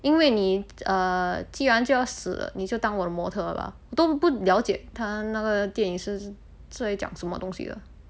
因为你 err 既然就要死了你就当我的模特吧都不了解他那个电影是是在讲什么东西的